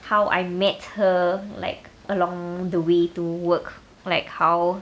how I met her like along the way to work like how